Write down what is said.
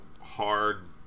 hard